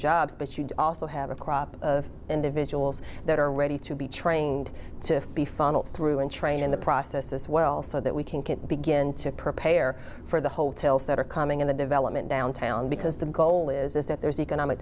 jobs but you also have a crop of individuals that are ready to be trained to be funneled through and trained in the process as well so that we can begin to prepare for the hotels that are coming in the development downtown because the goal is that there's economic